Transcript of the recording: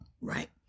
Right